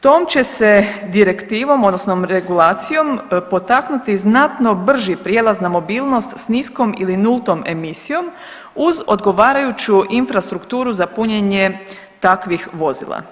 Tom će se direktivom odnosno regulacijom potaknuti znatno brži prijelaz na mobilnost s niskom ili nultom emisijom uz odgovarajuću infrastrukturu za punjenje takvih vozila.